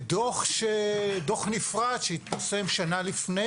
דוח נפרד שהתפרסם שנה לפני,